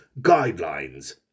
guidelines